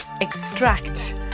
extract